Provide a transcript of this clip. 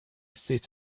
states